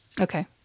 Okay